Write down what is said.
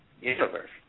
universe